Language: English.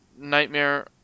Nightmare